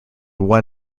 one